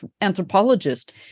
anthropologist